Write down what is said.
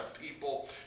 people